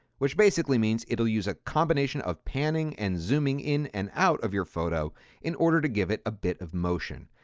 which basically means it will use a combination of panning and zooming in and out of your photo in order to give it a bit of motion.